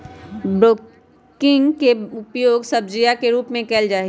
broccoli के उपयोग सब्जीया के रूप में कइल जाहई